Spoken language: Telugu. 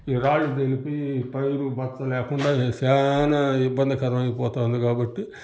రాళ్లు తేలిపోయి పైరు బచ్చ లేకుండా చానా ఇబ్బందికరమైపోతాంది కాబట్టి